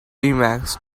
emacs